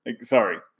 Sorry